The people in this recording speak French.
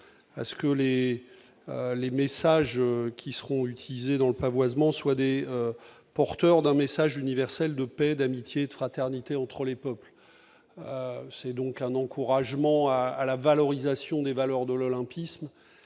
à ce que les les messages qui seront utilisés dans le pavoisement soit des porteurs d'un message universel de paix et d'amitié, de fraternité entre les peuples, c'est donc un encouragement à à la valorisation des valeurs de l'olympisme